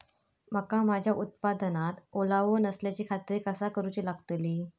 मका माझ्या उत्पादनात ओलावो नसल्याची खात्री कसा करुची लागतली?